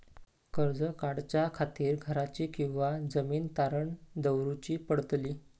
कर्ज काढच्या खातीर घराची किंवा जमीन तारण दवरूची पडतली?